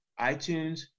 iTunes